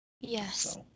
Yes